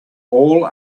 all